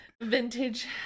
vintage